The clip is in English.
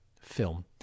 film